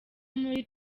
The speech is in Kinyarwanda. muri